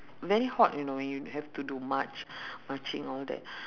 very hot you know when you have to do march marching all that